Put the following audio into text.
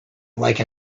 like